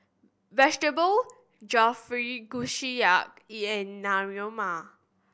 Vegetable Jalfrezi Kushiyaki and Naengmyeon